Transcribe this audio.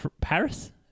Paris